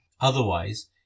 Otherwise